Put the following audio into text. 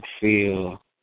feel